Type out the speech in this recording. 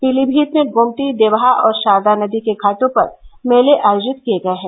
पीलीभीत में गोमती देवहा और षारदा नदी के घाटों पर मेले आयोजित किये गये हैं